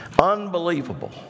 Unbelievable